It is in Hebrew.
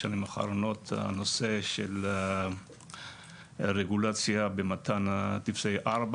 בשנים האחרונות קידמנו את הנושא של רגולציה במתן טופסי 4,